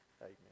amen